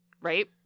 Right